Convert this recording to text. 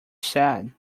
sad